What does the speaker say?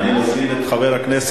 אני לא יודע מי מהם,